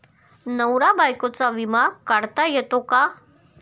नवरा बायकोचा विमा काढता येतो का?